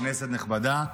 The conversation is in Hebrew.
כנסת נכבדה,